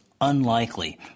unlikely